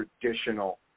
traditional